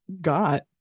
got